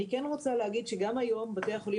אני כן רוצה להגיד שגם היום בתי החולים